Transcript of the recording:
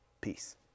Peace